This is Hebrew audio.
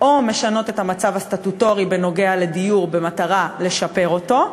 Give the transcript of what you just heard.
משנות את המצב הסטטוטורי בנוגע לדיור במטרה לשפר אותו,